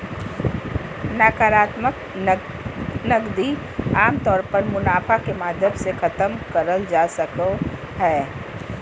नाकरात्मक नकदी आमतौर पर मुनाफा के माध्यम से खतम करल जा सको हय